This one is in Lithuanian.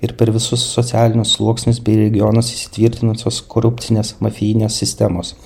ir per visus socialinius sluoksnius bei regionus įsitvirtinusios korupcinės mafijinės sistemos